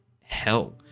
hell